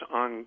on